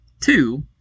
Two